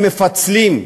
הם מפצלים.